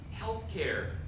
healthcare